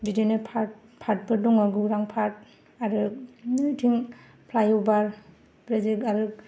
बिदिनो पार्क पार्कफोर दङ गौरां पार्क आरो बैथिं फ्लाइअभार प्रजेक्ट आर्ट